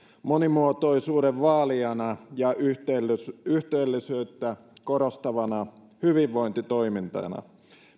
monimuotoisuuden vaalijana ja yhteisöllisyyttä yhteisöllisyyttä korostavana hyvinvointitoimintana